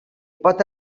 pot